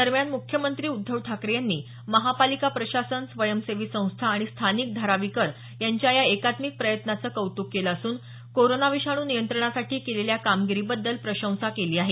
दरम्यान मुख्यमंत्री उद्धव ठाकरे यांनी महापालिका प्रशासन स्वंयसेवी संस्था आणि स्थानिक धारावीकर यांच्या या एकात्मिक प्रयत्नांचं कौतुक केलं असून कोरोना विषाणू नियंत्रणासाठी केलेल्या कामगिरीबद्दल प्रशंसा केली आहे